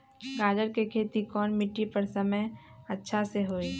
गाजर के खेती कौन मिट्टी पर समय अच्छा से होई?